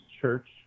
church